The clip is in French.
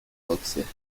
auxerre